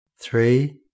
three